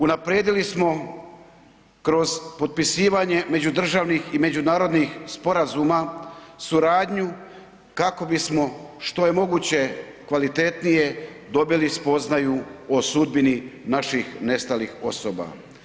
Unaprijedili smo kroz potpisivanje međudržavnih i međunarodnih sporazuma suradnju kako bismo što je moguće kvalitetnije dobili spoznaju o sudbini naših nestalih osoba.